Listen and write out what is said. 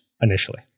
initially